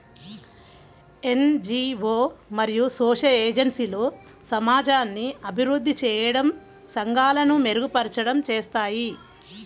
NGO మరియు social ఏజెన్సీలు సమాజాన్ని అభివృద్ధి చేయడం, సంఘాలను మెరుగుపరచడం చేస్తాయి